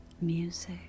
music